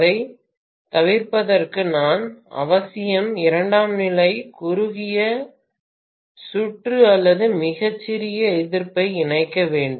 அதைத் தவிர்ப்பதற்கு நான் அவசியம் இரண்டாம் நிலை குறுகிய சுற்று அல்லது மிகச் சிறிய எதிர்ப்பை இணைக்க வேண்டும்